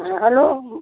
hello